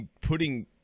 putting –